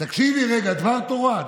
תקשיבי רגע, דבר תורה.